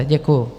Děkuju.